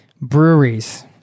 breweries